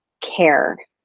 care